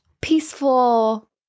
peaceful